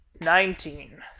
nineteen